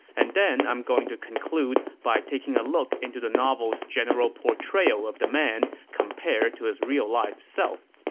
and then i'm going to conclude by taking a look into the novel's general portrayal of the man compared to his real-life self